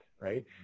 right